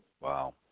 Wow